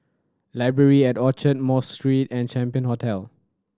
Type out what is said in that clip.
Library at Orchard Mosque Street and Champion Hotel